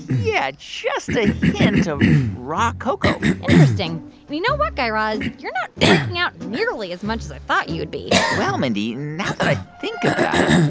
yeah, just a hint of raw cocoa interesting. you know what, guy raz? you're not freaking out nearly as much as i thought you'd be well, mindy, now that i think about it,